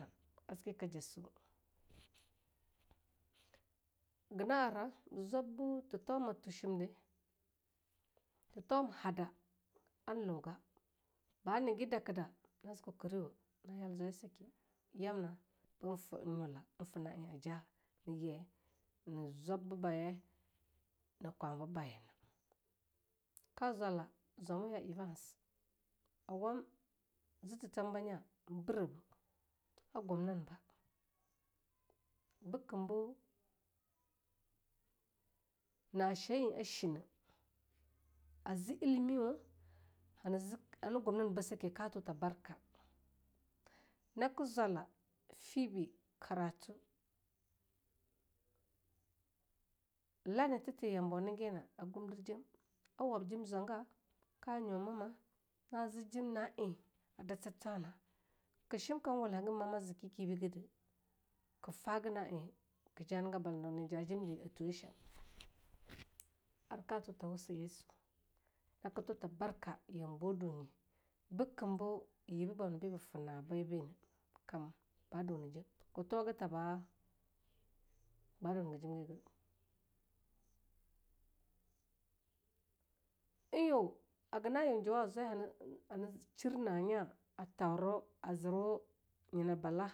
Assgei ka dussuu ga na ara zwab bu titauma twe shim di, titauma hada an nuga ba nigi daka da ba zi kokariwa na yal zwaya sake yamba bin fa nyula en fa na eh a jana ye na zwab biba ye, na kwabib babe na. ka zwala zwamuya Evans a wam zititamba na birabah a gumnin ba bikam bi na she; eh a shinah, a zi illimiwa hana zi, hana gumnbin ba sake ka tuta barka. naka zwala fibi karatu lanitati yambo nigi na a gumdir jem a wab jim zwa ga'a, ka nyu mama, na ziji na eh a datir ihwana. ka shim kam wileh hagan mama ziki kibi gade ka faga na eh ka jana ga bala na neja jim na di a twe sham. arka tuta wuga yesu, naka tuta barka yambo dunye bikam bu yiba bamni biba fina bibi nah ba duna jem. ka tuwaga ta ba dunaga jim giga. en yu haga na yu juwa zwe hana shir na'a nya a tauro, a zir-wu nyina balah.